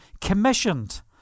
commissioned